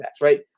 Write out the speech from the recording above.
right